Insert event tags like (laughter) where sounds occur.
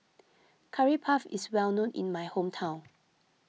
(noise) Curry Puff is well known in my hometown